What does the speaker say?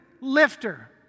lifter